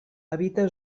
habita